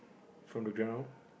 from the ground